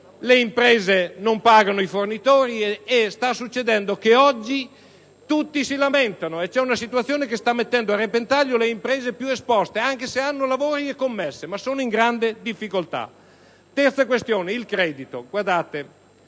le imprese non pagano i fornitori e accade che oggi tutti si lamentano. C'è una situazione che sta mettendo a repentaglio le imprese più esposte e che, anche se hanno lavori e commesse, sono in grande difficoltà. La terza questione su cui